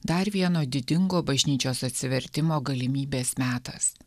dar vieno didingo bažnyčios atsivertimo galimybės metas